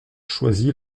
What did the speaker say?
choisi